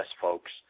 folks